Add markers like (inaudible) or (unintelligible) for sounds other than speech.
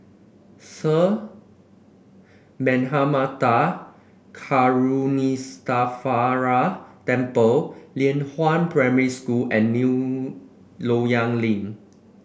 Sir (unintelligible) Karuneshvarar Temple Lianhua Primary School and New Loyang Link